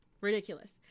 Ridiculous